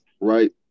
right